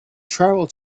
tribal